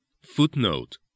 Footnote